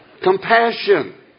Compassion